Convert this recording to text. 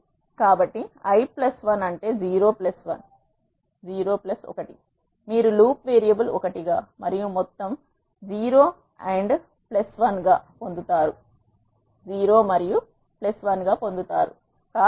కాబట్టి i1 అంటే 01 మీరు లూప్ వేరియబుల్ 1 మొత్తం 0 1 గా పొందుతారు